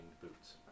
boots